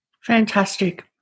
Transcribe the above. Fantastic